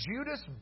Judas